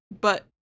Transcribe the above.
but-